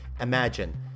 imagine